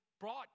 brought